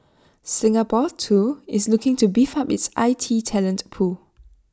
Singapore too is looking to beef up its I T talent pool